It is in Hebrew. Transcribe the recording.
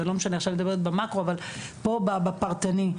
עכשיו אני מדברת במקרו אבל פה בפרטני.